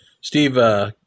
Steve